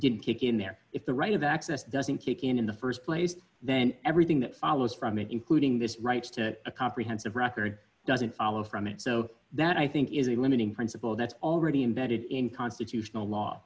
didn't kick in there if the right of access doesn't kick in in the st place then everything that follows from it including this rights to a comprehensive record doesn't follow from it so that i think is a limiting principle that's already embedded in constitutional